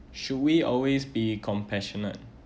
should we always be compassionate